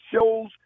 shows